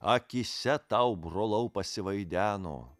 akyse tau brolau pasivaideno